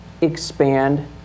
expand